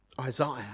Isaiah